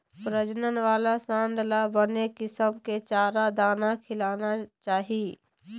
प्रजनन वाला सांड ल बने किसम के चारा, दाना खिलाना चाही